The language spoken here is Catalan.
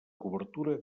cobertura